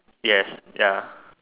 yes ya